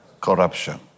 Corruption